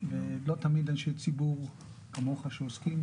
ולא תמיד אנשי ציבור, כמוך, שעוסקים